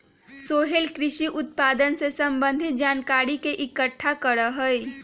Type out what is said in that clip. सोहेल कृषि उत्पादन से संबंधित जानकारी के इकट्ठा करा हई